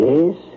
Yes